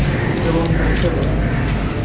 ᱡᱮᱢᱚᱱ ᱵᱷᱮᱡᱤᱴᱮᱵᱮᱞ